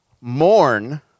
mourn